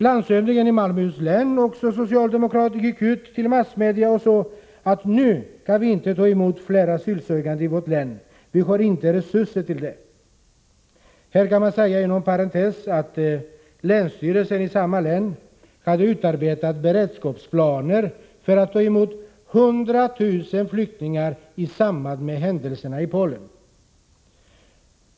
Landshövdingen i Malmöhus län, också socialdemokrat, gick ut i massmedia och sade: Nu kan vi inte ta emot fler asylsökande i vårt län. Vi har inte resurser till det. Här kan man inom parentes säga att länsstyrelsen i samma län hade utarbetat beredskapsplaner för att ta emot 100 000 flyktingar i samband med händelserna i Polen.